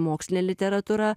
mokslinė literatūra